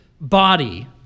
body